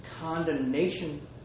condemnation